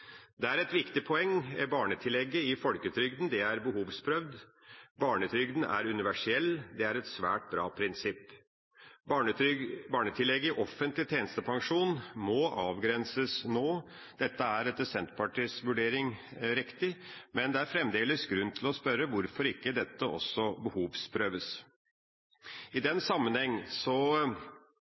Det er et viktig poeng. Barnetillegget i folketrygden er behovsprøvd. Barnetrygden er universell. Det er et svært bra prinsipp. Barnetillegget i offentlig tjenestepensjon må avgrenses nå. Dette er etter Senterpartiets vurdering riktig, men det er fremdeles grunn til å spørre hvorfor ikke dette også behovsprøves. I den sammenheng